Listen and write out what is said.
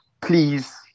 please